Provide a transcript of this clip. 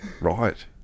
Right